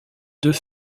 deux